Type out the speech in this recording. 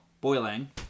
boiling